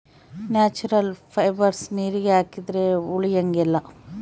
natural fibres ನೀರಿಗೆ ಹಾಕಿದ್ರೆ ಉಳಿಯಂಗಿಲ್ಲ